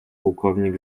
pułkownik